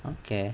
okay